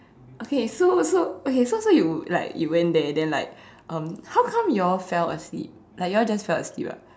okay so so okay so so you like you went there then like um how come you all fell asleep like you all just fell asleep ah